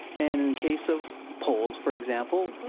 and in case of poles, for example,